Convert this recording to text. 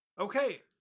Okay